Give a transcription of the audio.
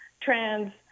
trans